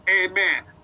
Amen